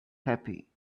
happy